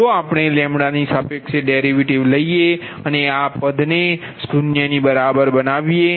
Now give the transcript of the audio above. જો આપણે ની સાપેક્ષે ડેરિવેટિવ લઈએ અને આ પદ ને 0 ની બરાબર બનાવીએ